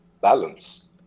balance